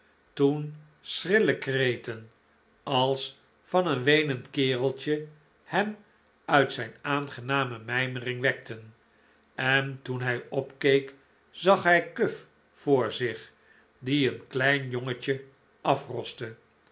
toen schrille kreten als van een weenend kereltje hem uit zijn aangename mijmering wekten en toen hij opkeek zag hij cuff voor zich die een klein jongetje afroste